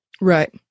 Right